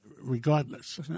regardless